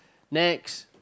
next